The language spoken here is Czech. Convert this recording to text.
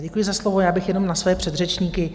Děkuji za slovo, já bych jenom na svoje předřečníky.